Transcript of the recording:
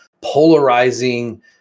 polarizing